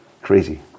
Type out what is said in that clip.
Crazy